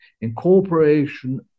Incorporation